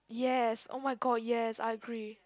yes oh-my-god yes I agree